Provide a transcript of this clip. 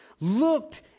looked